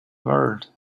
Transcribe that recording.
world